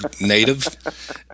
native